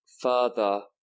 further